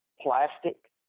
plastic